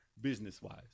business-wise